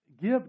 Give